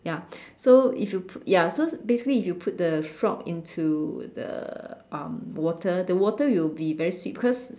ya so if you put ya so basically if you put the frog into the um water the water will be very sweet because